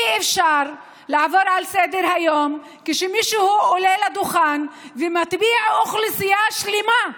אי-אפשר לעבור לסדר-היום כשמישהו עולה לדוכן ומטביע אוכלוסייה שלמה,